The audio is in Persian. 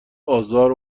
آزار